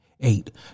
Eight